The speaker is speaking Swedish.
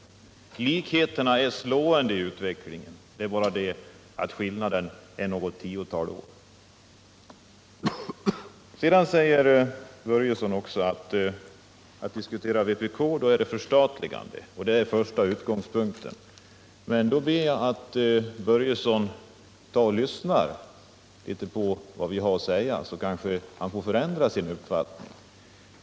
Likheterna i utveckling är slående. Skillnaden är bara något tiotal år. Herr Börjesson säger att utgångspunkten för vpk:s resonemang alltid är förstatligande. Jag måste då be herr Börjesson att lyssna på vad vi har att säga, så kanske han får anledning att ändra uppfattning.